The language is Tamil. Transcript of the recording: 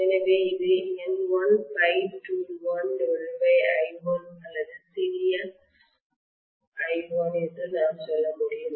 எனவே இது N1∅21I1 அல்லது சிறிய i1 என்று நான் சொல்ல முடியும்